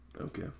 Okay